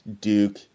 Duke